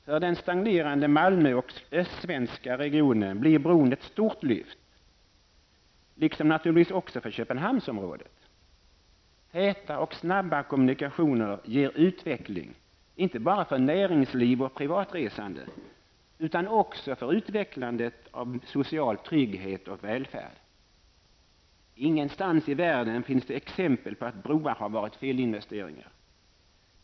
För den stagnerande Malmö och östsvenska regionen blir bron ett stort lyft liksom naturligtvis också för Köpenhamnsområdet. Täta och snabba kommunikationer ger utveckling inte bara för näringsliv och privatresande utan också för utvecklandet av social trygghet och välfärd. Ingenstans i världen finns det exempel på att broar har varit felinvesteringar.